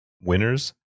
winners